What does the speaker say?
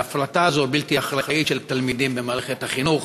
ההפרטה הזאת של תלמידים במערכת החינוך,